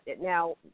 now